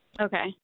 okay